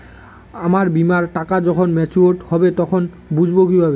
আমার বীমার টাকা যখন মেচিওড হবে তখন বুঝবো কিভাবে?